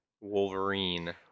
Wolverine